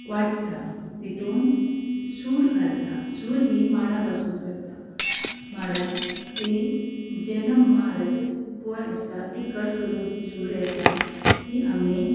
वांट्टा तितून सूर घालता सूर ही माडा पासून करता माडाक ते जेन्ना माडाचे पोय आसता ती कट करून जी सूर येता ती आमी